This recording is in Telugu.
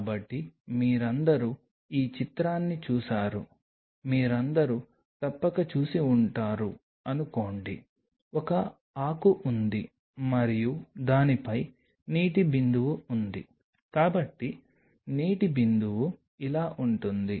కాబట్టి మీరందరూ ఈ చిత్రాన్ని చూసారు మీరందరూ తప్పక చూసి ఉంటారు అనుకోండి ఒక ఆకు ఉంది మరియు దానిపై నీటి బిందువు ఉంది కాబట్టి నీటి బిందువు ఇలా ఉంటుంది